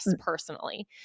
personally